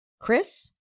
chris